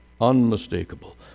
unmistakable